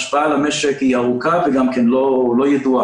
ההשפעה על המשק היא ארוכה וגם לא ידועה.